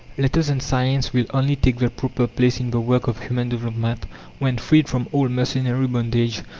letters and science will only take their proper place in the work of human development when, freed from all mercenary bondage,